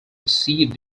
received